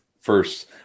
first